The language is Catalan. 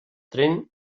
tren